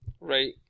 Right